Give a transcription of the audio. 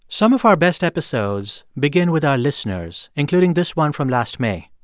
some of our best episodes begin with our listeners, including this one from last may.